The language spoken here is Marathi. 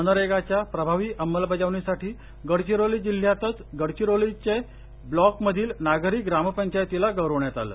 मनरेगाच्या प्रभावी अंमलबजाणीसाठी गडचिरोली जिल्ह्यातल्याच गडचिरोली ब्लॉक मधील नागरी ग्रामपंचायतीला गौरविण्यात आलं